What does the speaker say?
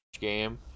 game